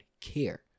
care